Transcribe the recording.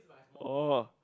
oh